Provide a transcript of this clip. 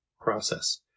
process